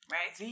Right